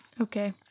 Okay